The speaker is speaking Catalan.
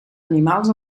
animals